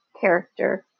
character